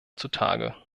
zutage